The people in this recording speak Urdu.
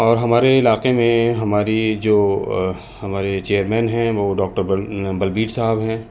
اور ہمارے علاقے میں ہماری جو ہمارے چیئر مین ہیں وہ ڈاکٹر بلبیر صاحب ہیں